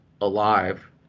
alive